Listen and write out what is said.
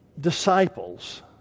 disciples